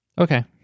Okay